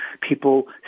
people